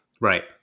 Right